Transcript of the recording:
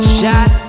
Shot